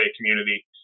community